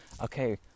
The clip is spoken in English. okay